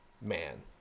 man